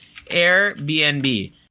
Airbnb